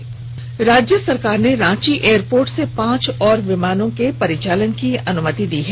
झारखंड सरकार ने रांची एयरपोर्ट से पांच और विमानों के परिचालन को अनुमति दी है